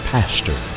Pastor